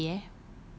besok thursday eh